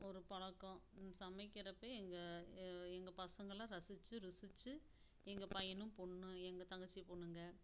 ஒரு பழக்கம் சமைக்கிறப்போ எங்கள் எங்கள் பசங்கலாம் ரசித்து ருசித்து எங்கள் பையனும் பொண்ணும் எங்கள் தங்கச்சி பொண்ணுங்கள்